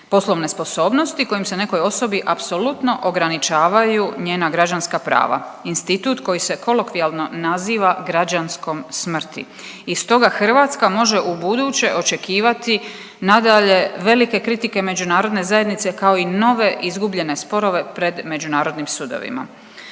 poslovne sposobnosti kojom se nekoj osobi apsolutno ograničavaju njena građanska prava. Institut koji se kolokvijalno naziva građanskom smrti i stoga Hrvatska može u buduće očekivati nadalje velike kritike Međunarodne zajednice kao i nove izgubljene sporove pred međunarodnim sudovima.